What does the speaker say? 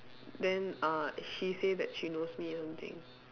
then uh she say that she knows me or something